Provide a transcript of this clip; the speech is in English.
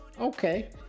Okay